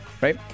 right